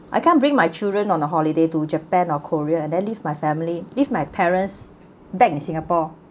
I can't bring my children on a holiday to japan or korea and then leave my family leave my parents back in singapore